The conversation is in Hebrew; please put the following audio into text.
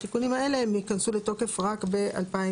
התיקונים האלה הם ייכנסו לתוקף רק ב-2026.